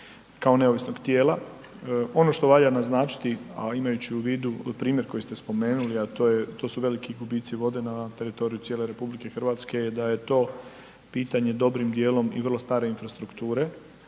kao neovisnog tijela. Ono što valja naznačiti, a imajući u vidu primjer koji ste spomenuli, a to su veliki gubici vode na teritoriju cijele RH je da je to pitanje dobrim dijelom i vrlo stare infrastrukture,